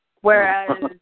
Whereas